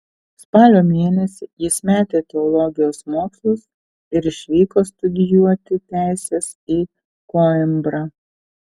spalio mėnesį jis metė teologijos mokslus ir išvyko studijuoti teisės į koimbrą